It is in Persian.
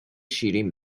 شیرین